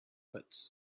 pits